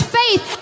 faith